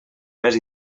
més